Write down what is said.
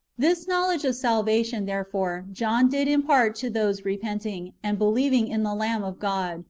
this knowledge of salvation, therefore, john did impart to those repenting, and believing in the lamb of god,